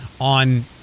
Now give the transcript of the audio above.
on